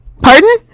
Pardon